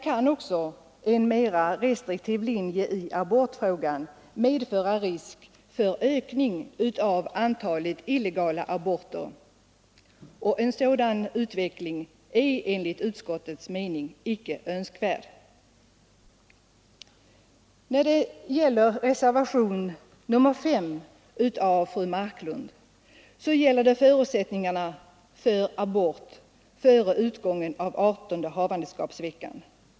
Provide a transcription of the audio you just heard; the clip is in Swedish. En mera restriktiv linje i abortfrågan kan medföra risk för ökning av antalet illegala aborter, och en sådan utveckling är enligt utskottets mening icke önskvärd. Reservationen 5 av fru Marklund gäller förutsättningarna för abort före utgången av adertonde havandeskapsveckan.